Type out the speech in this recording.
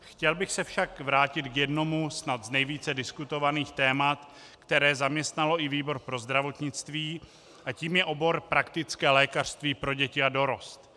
Chtěl bych se však vrátit k jednomu snad z nejvíce diskutovaných témat, které zaměstnalo i výbor pro zdravotnictví, a tím je obor praktické lékařství pro děti a dorost.